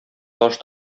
таш